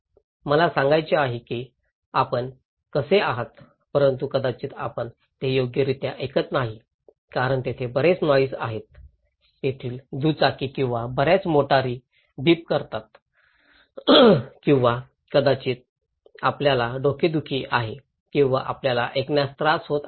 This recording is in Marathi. मला सांगायचे आहे की आपण कसे आहात परंतु कदाचित आपण ते योग्यरित्या ऐकत नाही कारण तेथे बरेच नॉईस आहेत तेथील दुचाकी किंवा बर्याच मोटारी बीप करत आहेत किंवा कदाचित आपल्याला डोकेदुखी आहे किंवा आपल्याला ऐकण्यास त्रास होत आहे